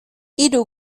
hiru